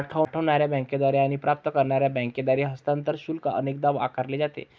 पाठवणार्या बँकेद्वारे आणि प्राप्त करणार्या बँकेद्वारे हस्तांतरण शुल्क अनेकदा आकारले जाते